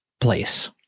place